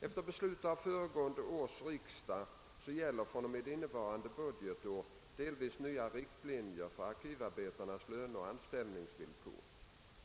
Efter beslut av föregående års riksdag gäller fr.o.m. innevarande budgetår delvis nya riktlinjer för arkivarbetarnas löneoch anställningsvillkor.